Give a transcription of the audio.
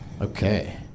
Okay